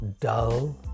dull